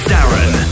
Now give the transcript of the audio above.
Darren